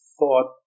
thought